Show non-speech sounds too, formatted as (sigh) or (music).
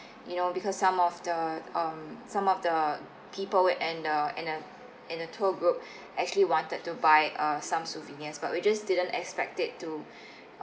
you know because some of the um some of the people will and the and the and the tour group (breath) actually wanted to buy uh some souvenirs but we just didn't expect it to